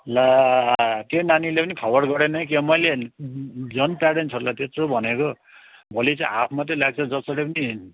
ला त्यो नानीले पनि खबर गरेन क्या हौ मैले झन् प्यारेन्ट्सहरूलाई त्यत्रो भनेको भोलि चाहिँ हाफ मात्रै लाग्छ जसरी पनि